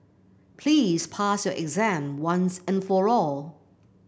please pass your exam once and for all